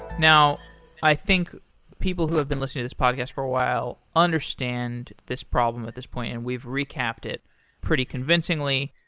now i think people who have been listening to this podcast for a while understand this problem at this point and we've recapped it pretty convincingly.